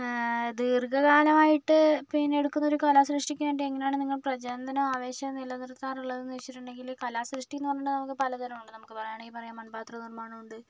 ദീര്ഘകാലമായിട്ട് പിന്നെ എടുക്കുന്ന ഒരു കലാസൃഷ്ടിക്ക് വേണ്ടി എങ്ങനെയാണ് നിങ്ങൾ പ്രചോദനവും ആവേശവും നിലനിർത്താറുള്ളത് എന്ന് വെച്ചിട്ടുണ്ടെങ്കിൽ കലാസൃഷ്ടി എന്ന് പറഞ്ഞിട്ടുണ്ടെങ്കിൽ പലതരം നമുക്ക് പറയുകയാണെങ്കിൽ പറയാം മൺപാത്ര നിർമ്മാണം ഉണ്ട്